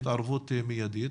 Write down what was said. התערבות מיידית